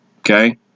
Okay